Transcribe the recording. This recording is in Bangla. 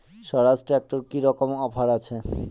স্বরাজ ট্র্যাক্টরে কি রকম অফার আছে?